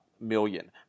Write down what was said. Million